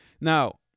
Now